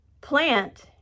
plant